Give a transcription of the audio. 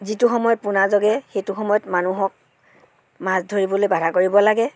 যিটো সময়ত পোনা জগে সেইটো সময়ত মানুহক মাছ ধৰিবললৈ বাধা কৰিব লাগে